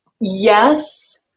Yes